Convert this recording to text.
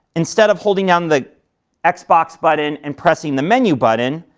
instead of holding down the xbox button and pressing the menu button,